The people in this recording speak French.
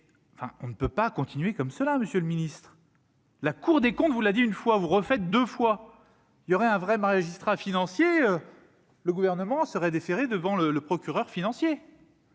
on ne peut pas continuer comme cela, monsieur le ministre. La Cour des comptes, vous l'a dit une fois, vous refaites de fois, il y aurait un vrai magistrats financiers, le gouvernement serait déféré devant le le procureur financier.